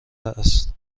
است